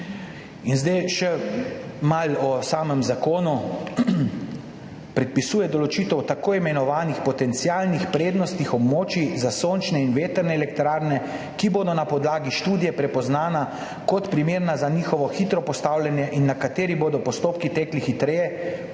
In zdaj še malo o samem zakonu. Predpisuje določitev tako imenovanih potencialnih prednostnih območij za sončne in vetrne elektrarne, ki bodo na podlagi študije prepoznana kot primerna za njihovo hitro postavljanje in na katerih bodo postopki tekli hitreje